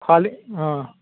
খৰালি অঁ